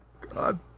God